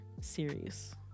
series